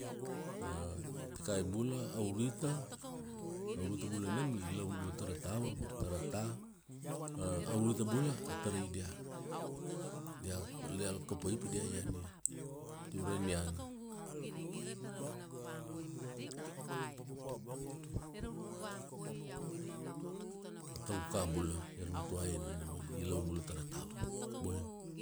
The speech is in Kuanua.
Tikai bula aurita. Aurita bula nam i laun bula tara tava, tara ta. Aurita bula, a tarai dia, dia, diala kapaia pi dia ian ia. Pi ure nian. A tauka bula ia ra mutuaina nina ma i laun bula tara tava. Boina.